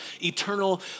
eternal